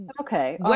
okay